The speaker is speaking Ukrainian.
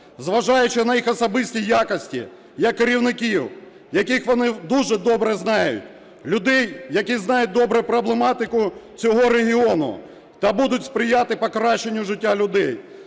зважаючи на їх особисті якості, як керівників, яких вони дуже добре знають, людей, які знають добре проблематику цього регіону та будуть сприяти покращенню життя людей,